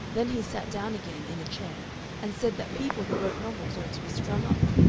then he sat down again in a chair and said that people who wrote novels ought to be strung up.